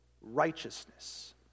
righteousness